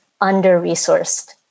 under-resourced